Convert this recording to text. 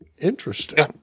Interesting